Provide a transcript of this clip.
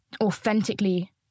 authentically